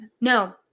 No